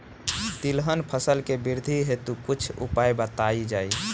तिलहन फसल के वृद्धी हेतु कुछ उपाय बताई जाई?